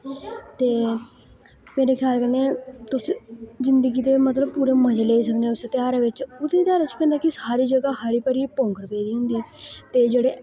ते मेरे ख्याल कन्नै तुस जिंदगी दे मतलब पूरे मज़े लेई सकने उस ध्यारें बिच ओह्दे ध्यार च केह् होंदा की सारी जगह हरी भारी पौंगर पेदी होंदी ते जेह्ड़े